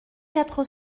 quatre